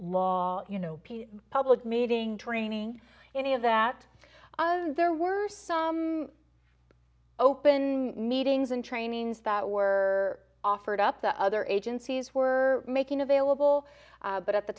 lot you know public meeting training any of that there were some open meetings and trainings that were offered up to other agencies were making available but at the